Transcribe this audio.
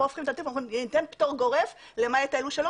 אומרים שניתן פטור גורף למעט אלו שלא,